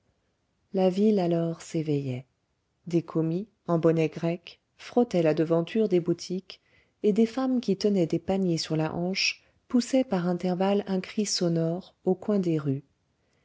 la ville alors s'éveillait des commis en bonnet grec frottaient la devanture des boutiques et des femmes qui tenaient des paniers sur la hanche poussaient par intervalles un cri sonore au coin des rues